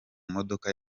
modoka